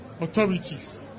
authorities